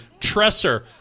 Tresser